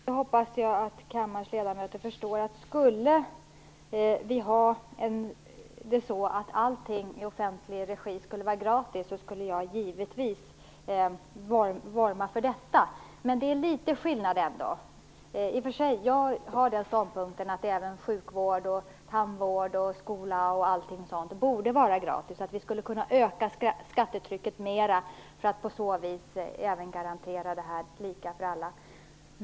Fru talman! Jag hoppas att kammarens ledamöter förstår att skulle vi ha det så att allting i offentlig regi skulle vara gratis, skulle jag givetvis vurma för det. Men det är litet skillnad ändå här. I och för sig har jag den ståndpunkten att även sjukvård, tandvård, skola osv. borde vara gratis. Vi skulle kunna öka skattetrycket mera för att på så vis garantera det lika för alla.